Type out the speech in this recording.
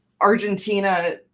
Argentina